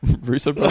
Russo